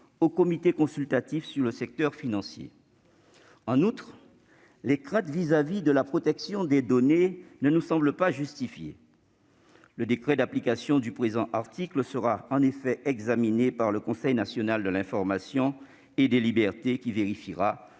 du Comité consultatif du secteur financier. En outre, les craintes exprimées au regard de la protection des données ne nous semblent pas justifiées. Le décret d'application du présent article sera en effet examiné par la Commission nationale de l'informatique et des libertés (CNIL), qui vérifiera